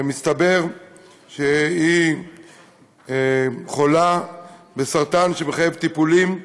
מסתבר שהיא חולה בסרטן שמחייב טיפולים.